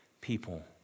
people